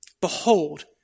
behold